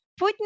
Putin